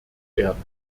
werden